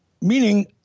Meaning